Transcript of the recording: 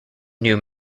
new